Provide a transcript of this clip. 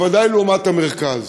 ובוודאי לעומת המרכז.